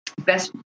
Best